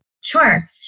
Sure